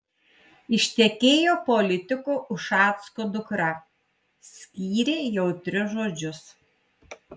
ištekėjo politiko ušacko dukra skyrė jautrius žodžius